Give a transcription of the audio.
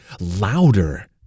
louder